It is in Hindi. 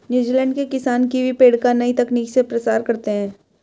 न्यूजीलैंड के किसान कीवी पेड़ का नई तकनीक से प्रसार करते हैं